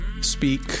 speak